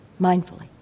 Mindfully